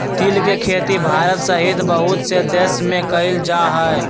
तिल के खेती भारत सहित बहुत से देश में कइल जाहई